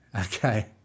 Okay